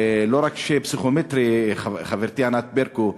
ולא רק הפסיכומטרי, חברתי ענת ברקו,